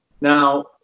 Now